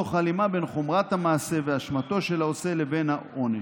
תוך הלימה בין חומרת המעשה ואשמתו של העושה לבין העונש.